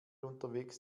unterwegs